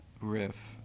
riff